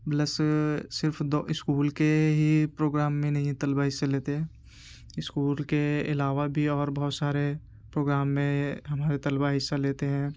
plus صرف school کے ہی پروگرام میں نہ یہ طلبہ حصے لیتے ہیں اسکول کے علاوہ بھی اور بہت سارے پروگرام میں ہمارے طلبہ حصہ لیتے ہیں